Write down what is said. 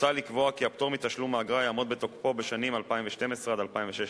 מוצע לקבוע כי הפטור מתשלום האגרה יעמוד בתוקפו בשנים 2012 2016,